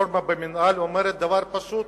שאומרת דבר פשוט: